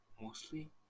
mostly